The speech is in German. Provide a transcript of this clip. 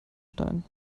stein